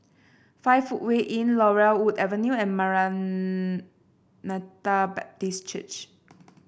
Five Footway Inn Laurel Wood Avenue and Maranatha Baptist Church